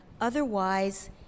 Otherwise